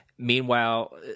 Meanwhile